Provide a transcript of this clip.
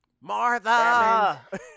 Martha